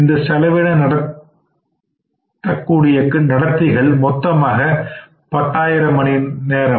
இந்த செலவினை நடத்தக்கூடிய கடத்திகள் மொத்தமாக 10000 மணி நேரம்